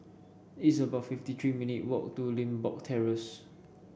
it's about fifty three minute walk to Limbok Terrace